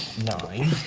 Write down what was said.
nine,